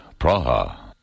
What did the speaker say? Praha